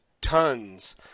tons